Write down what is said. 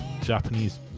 Japanese